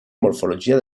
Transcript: morfologia